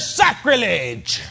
sacrilege